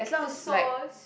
the sauce